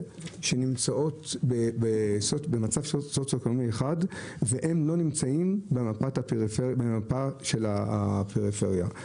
שנמצאות במצב של סוציואקונומי 1 והן לא נמצאות במפה של הפריפריה.